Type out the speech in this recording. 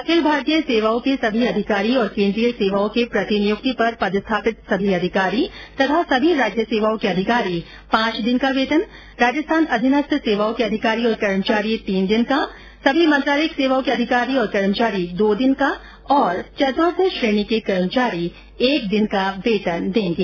अखिल भारतीय सेवाओं के सभी अधिकारी और केन्द्रीय सेवाओं के प्रतिनियुक्ति पर पदस्थापित समस्त अधिकारी तथा सभी राज्य सेवाओं के अधिकारी पांच दिन का वेतन राजस्थान अधीनस्थ सेवाओं के अधिकारी और कर्मचारी तीन दिन सभी मंत्रालयिक सेवाओं के अधिकारी और कर्मचारी दो दिन और चतुर्थ श्रेणी के कर्मचारी एक दिन का वेतन देंगे